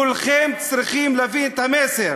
כולכם צריכים להבין את המסר.